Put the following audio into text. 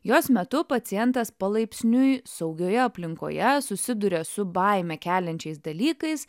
jos metu pacientas palaipsniui saugioje aplinkoje susiduria su baimę keliančiais dalykais